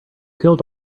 killed